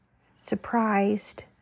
surprised